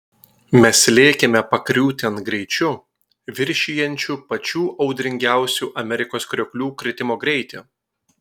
mes lėkėme pakriūtėn greičiu viršijančiu pačių audringiausių amerikos krioklių kritimo greitį